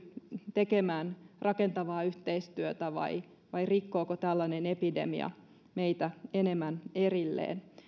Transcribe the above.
tekemään rakentavaa yhteistyötä vai vai rikkooko tällainen epidemia meitä enemmän erilleen